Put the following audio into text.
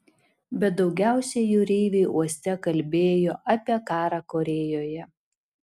bet daugiausiai jūreiviai uoste kalbėjo apie karą korėjoje